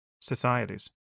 societies